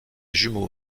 jumeaux